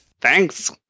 Thanks